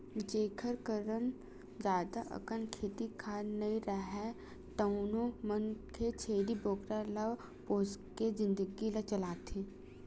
जेखर करन जादा अकन खेत खार नइ राहय तउनो मन छेरी बोकरा ल पोसके जिनगी ल चलाथे